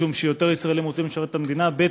משום שיותר ישראלים רוצים לשרת את המדינה, ב.